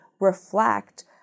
reflect